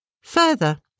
Further